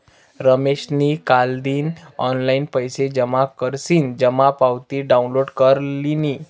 रमेशनी कालदिन ऑनलाईन पैसा जमा करीसन जमा पावती डाउनलोड कर लिनी